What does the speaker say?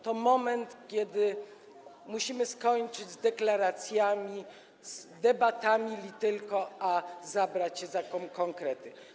To moment, kiedy musimy skończyć z deklaracjami, z debatami li tylko, a zabrać się za konkrety.